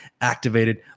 activated